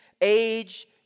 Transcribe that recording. age